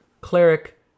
cleric